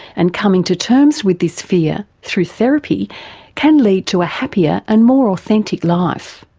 and coming to terms with this fear through therapy can lead to a happier and more authentic life.